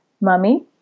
mummy